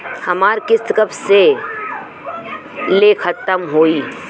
हमार किस्त कब ले खतम होई?